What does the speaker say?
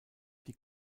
die